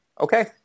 Okay